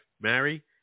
Mary